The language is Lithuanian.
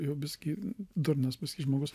jau biskį durnas žmogus